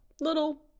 little